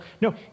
No